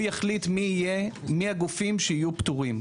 הוא יחליט מי הגופים שיהיו פטורים.